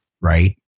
Right